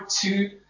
two